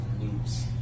loops